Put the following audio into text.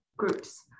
groups